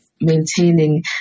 maintaining